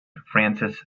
francis